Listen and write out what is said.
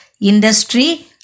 industry